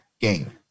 game